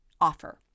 offer